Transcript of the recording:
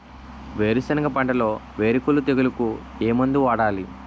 వేరుసెనగ పంటలో వేరుకుళ్ళు తెగులుకు ఏ మందు వాడాలి?